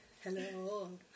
Hello